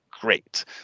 great